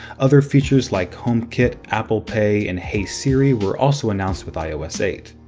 other features like homekit, apple pay, and hey siri were also announced with ios eight.